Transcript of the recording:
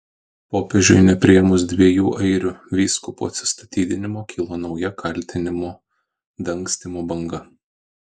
popiežiui nepriėmus dviejų airių vyskupų atsistatydinimo kilo nauja kaltinimų dangstymu banga